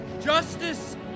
justice